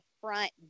front